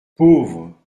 pauvre